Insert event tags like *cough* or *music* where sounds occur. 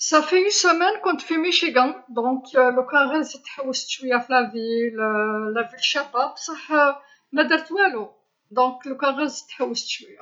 عندي أسبوع واحد كنت في ميشقا، إذن لو كان غير زدت حوست شوية في المدينة *hesitation* المدينة شابة بصح ما درت والو، إذن لو كان زدت حوست شوية.